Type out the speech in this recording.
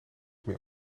meer